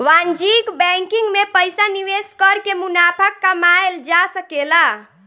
वाणिज्यिक बैंकिंग में पइसा निवेश कर के मुनाफा कमायेल जा सकेला